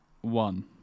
one